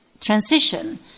transition